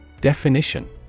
Definition